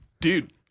Dude